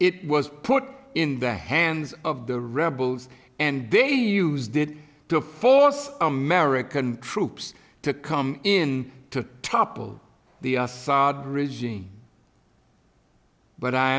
it was put in the hands of the rebels and they used it to force american troops to come in to topple the assad regime but i